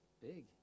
Big